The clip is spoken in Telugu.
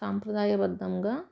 సాంప్రదాయబద్ధంగా